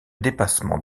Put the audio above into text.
dépassement